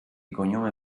cognome